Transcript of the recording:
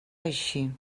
així